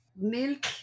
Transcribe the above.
milk